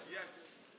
Yes